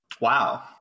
Wow